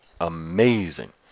amazing